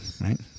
right